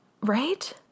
Right